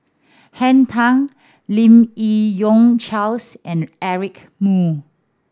Henn Tan Lim Yi Yong Charles and Eric Moo